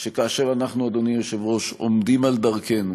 שכאשר אנחנו, אדוני היושב-ראש, עומדים על דרכנו,